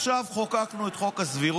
עכשיו חוקקנו את חוק הסבירות,